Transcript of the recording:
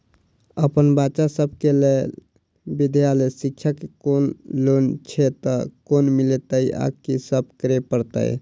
अप्पन बच्चा सब केँ लैल विधालय शिक्षा केँ कोनों लोन छैय तऽ कोना मिलतय आ की सब करै पड़तय